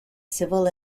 civil